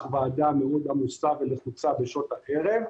ועדה מאוד עמוסה ולחוצה בשעות הערב,